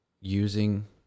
using